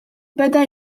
beda